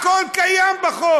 הכול קיים בחוק.